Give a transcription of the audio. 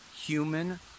human